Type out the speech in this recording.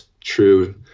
true